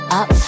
up